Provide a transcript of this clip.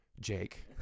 Jake